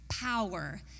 power